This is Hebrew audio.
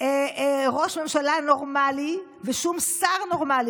ראש ממשלה נורמלי ושום שר נורמלי,